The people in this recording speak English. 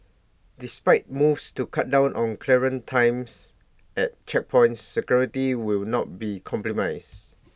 despite moves to cut down on clearance times at checkpoints security will not be compromised